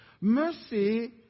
mercy